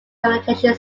communication